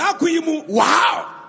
wow